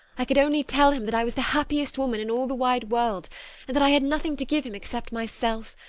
i could only tell him that i was the happiest woman in all the wide world, and that i had nothing to give him except myself,